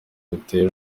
ruteye